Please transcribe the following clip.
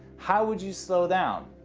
how would you slow down?